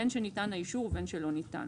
בין שניתן האישור ובין שלא ניתן,